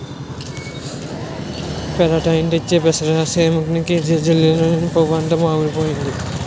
పెరాటేయిన్ తెచ్చేసి పెసరసేనుకి జల్లినను పువ్వంతా మాడిపోయింది